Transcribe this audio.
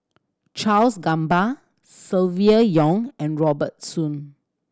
Charles Gamba Silvia Yong and Robert Soon